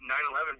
9-11